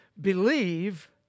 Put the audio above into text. believe